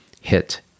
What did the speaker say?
Hit